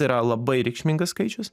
yra labai reikšmingas skaičius